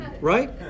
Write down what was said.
right